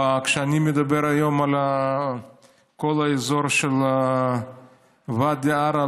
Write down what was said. כשאני מדבר היום על כל האזור של ואדי עארה,